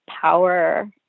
power